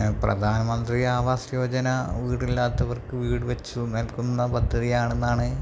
പ്രധാനമന്ത്രി ആവാസ് യോജന വീടില്ലാത്തവർക്ക് വീട് വച്ചുനൽകുന്ന പദ്ധതി ആണെന്നാണ്